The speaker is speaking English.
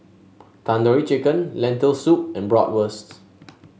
Tandoori Chicken Lentil Soup and Bratwurst